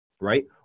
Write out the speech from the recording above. right